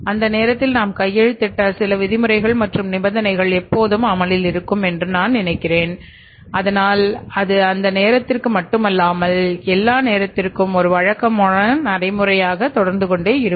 அந்த நேரத்தில் நாம் கையெழுத்திட்ட சில விதிமுறைகள் மற்றும் நிபந்தனைகள் எப்போதும் அமலில் இருக்கும் என்று நான் நினைக்கிறேன் அதனால் அது அந்த நேரத்திற்கு மட்டும் இல்லாமல் எல்லாவற்றிற்கும் ஒரு வழக்கமான நடைமுறை தொடர்ந்து கொண்டே இருக்கும்